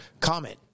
comment